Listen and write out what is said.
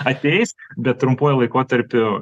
ateis bet trumpuoju laikotarpiu